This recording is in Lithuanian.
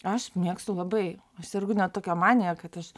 aš mėgstu labai aš sergu net tokia manija kad aš